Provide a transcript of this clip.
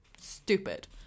stupid